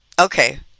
Okay